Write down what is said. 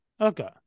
okay